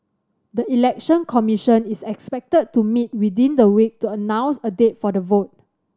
the Election Commission is expected to meet within the week to announce a date for the vote